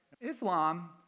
Islam